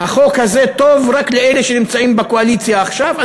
החוק הזה טוב רק לאלה שנמצאים בקואליציה עכשיו.